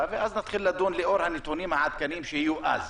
יביאו אותו מהתחלה; ואז נתחיל לדון לאור הנתונים העדכניים שיהיו אז.